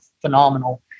phenomenal